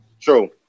True